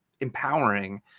empowering